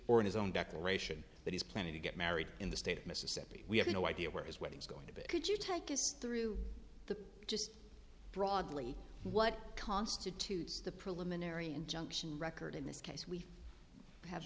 in his own declaration that he's planning to get married in the state of mississippi we have no idea where his wedding is going to be could you take us through the just broadly what constitutes the preliminary injunction record in this case we have